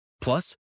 Plus